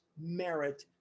merit